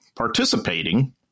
participating